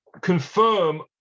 confirm